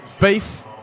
beef